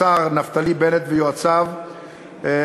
אתם בונים על איזו צמיחה שלא תהיה.